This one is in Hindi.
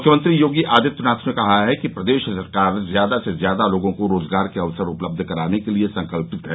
मुख्यमंत्री योगी आदित्यनाथ ने कहा है कि प्रदेश सरकार ज्यादा से ज्यादा लोगों को रोजगार के अवसर उपलब्ध कराने के लिये संकल्पित है